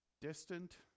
distant